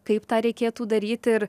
kaip tą reikėtų daryti ir